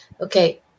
Okay